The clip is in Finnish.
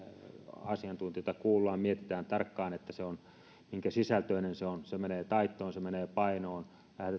asiantuntijoita kuullaan mietitään tarkkaan minkä sisältöinen se on se menee taittoon se menee painoon se